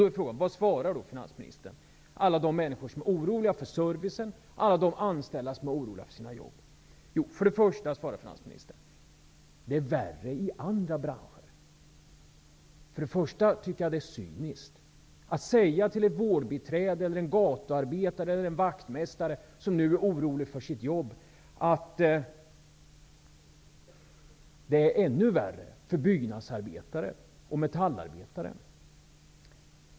Vad svarar då finansministern alla de människor som är oroliga för servicen och alla de anställda som är oroliga för sina jobb? För det första svarar finansministern att det är värre i andra branscher. Jag tycker att det är cyniskt att säga till ett vårdbiträde, en gatuarbetare eller en vaktmästare som nu är orolig för sitt jobb att det är ännu värre för byggnadsarbetare och metallarbetare.